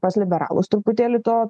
pas liberalus truputėlį to